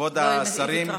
כבוד השרים,